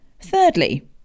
Thirdly